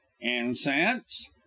INCENSE